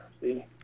see